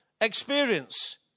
experience